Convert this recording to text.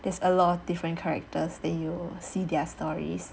there's a lot of different characters that you see their stories